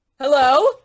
Hello